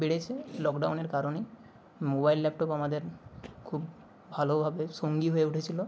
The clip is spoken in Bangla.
বেড়েছে লক ডাউনের কারণেই মোবাইল ল্যাপটপ আমাদের খুব ভালোভাবে সঙ্গী হয়ে উঠেছিলো